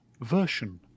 version